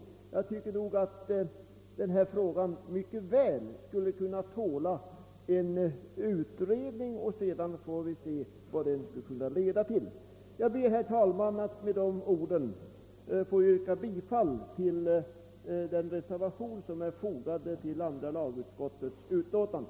Jag tycker att denna fråga mycket väl skulle kunna tåla en utredning. Vi får då se vad en sådan skulle leda till. Herr talman! Med dessa ord ber jag att få yrka bifall till den reservation som har fogats till andra lagutskottets utlåtande.